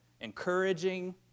encouraging